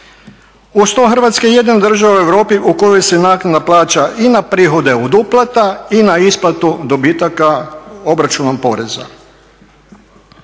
Uz to Hrvatska je jedna od država u Europi u kojoj se naknada plaća i na prihode od uplata i na isplatu dobitaka obračunom poreza.